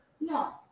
No